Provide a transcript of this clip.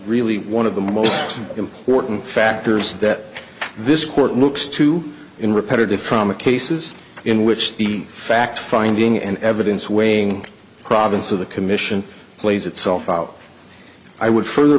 really one of the most important factors that this court looks to in repetitive trauma cases in which the fact finding and evidence weighing province of the commission plays itself out i would further